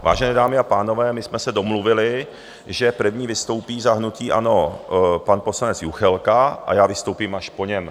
Vážené dámy a pánové, my jsme se domluvili, že první vystoupí za hnutí ANO pan poslanec Juchelka, a já vystoupím až po něm.